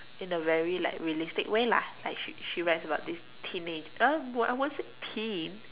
in a very like realistic way lah like she she writes about this teenager uh I won't say teen